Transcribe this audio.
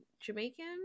Jamaican